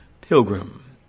pilgrim